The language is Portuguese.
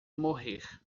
morrer